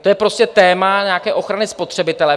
To je prostě téma nějaké ochrany spotřebitele.